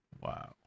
Wow